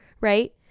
right